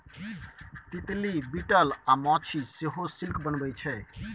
तितली, बिटल अ माछी सेहो सिल्क बनबै छै